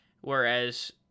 whereas